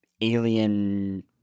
alien